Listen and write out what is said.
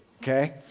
Okay